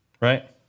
Right